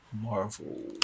Marvel